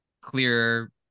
clear